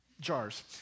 Jars